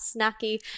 snacky